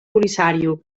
polisario